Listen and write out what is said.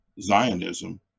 zionism